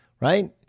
Right